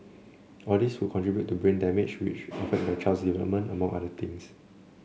all these would contribute to brain damage which then affect the child's development among other things